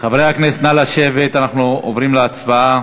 הוועדה סיימה את עבודתה?